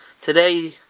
Today